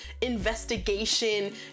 investigation